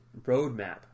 roadmap